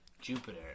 Jupiter